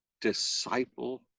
disciple